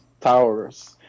towers